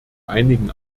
einigen